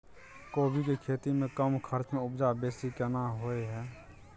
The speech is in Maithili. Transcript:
कोबी के खेती में कम खर्च में उपजा बेसी केना होय है?